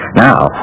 Now